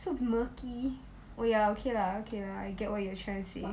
so murky oh ya okay lah okay lah I get what you trying to say